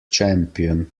champion